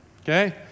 okay